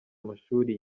amashuri